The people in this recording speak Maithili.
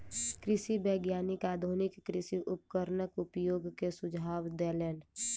कृषि वैज्ञानिक आधुनिक कृषि उपकरणक उपयोग के सुझाव देलैन